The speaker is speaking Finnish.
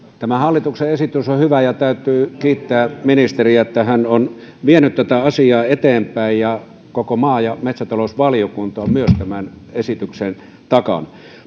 tämä hallituksen esitys on hyvä ja täytyy kiittää ministeriä että hän on vienyt tätä asiaa eteenpäin myös koko maa ja metsätalousvaliokunta on tämän esityksen takana